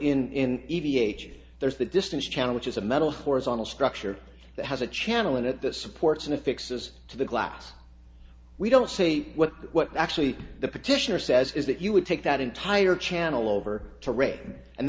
s there's the distance channel which is a metal horizontal structure that has a channel in it that supports and affix this to the glass we don't say what what actually the petitioner says is that you would take that entire channel over to ray and